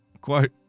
Quote